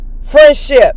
friendship